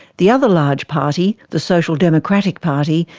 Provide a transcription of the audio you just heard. the other large party, the social democratic party,